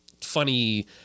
funny